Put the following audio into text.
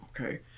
Okay